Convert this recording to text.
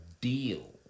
deal